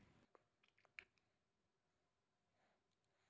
जहार वजह से देशत बुरा प्रभाव पोरछेक आर देशेर अर्थव्यवस्था गड़बड़ें जाछेक